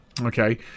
okay